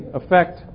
effect